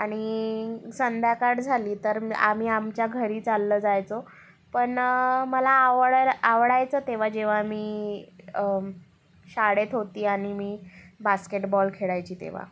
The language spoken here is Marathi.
आणि संध्याकाळ झाली तर मग आम्ही आमच्या घरी चाललं जायचो पण मला आवडायला आवडायचं तेव्हा जेव्हा मी शाळेत होती आणि मी बास्केटबॉल खेळायची तेव्हा